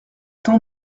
temps